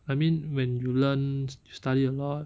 I mean when you learn you study a lot